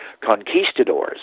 conquistadors